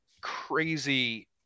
crazy